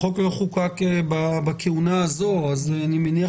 החוק לא חוקק בכהונה הזאת אז אני מניח